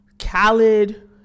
Khaled